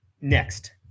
Next